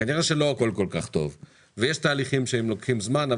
כנראה שלא הכול כל כך טוב ויש תהליכים שהם לוקחים זמן,